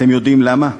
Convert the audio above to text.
אתם יודעים למה?